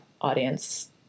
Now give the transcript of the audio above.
audience